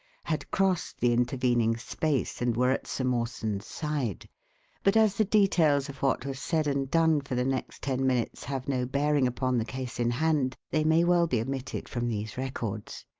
had crossed the intervening space and were at sir mawson's side but as the details of what was said and done for the next ten minutes have no bearing upon the case in hand, they may well be omitted from these records.